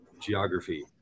geography